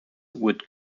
would